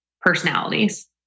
personalities